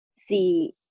see